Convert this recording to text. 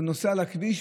שנוסעת על הכביש,